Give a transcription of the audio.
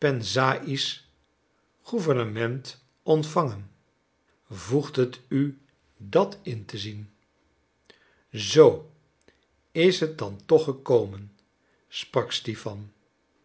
pensaïsch gouvernement ontvangen voegt het u dat in te zien zoo is het dan toch gekomen sprak stipan